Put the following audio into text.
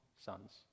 Sons